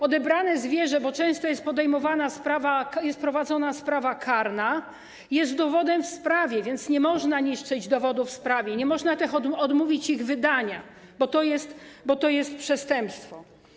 Odebrane zwierzę - bo często jest podejmowana sprawa, jest prowadzona sprawa karna - jest dowodem w sprawie, więc nie można niszczyć dowodu w sprawie, nie można też odmówić jego wydania, bo to jest przestępstwo.